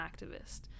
activist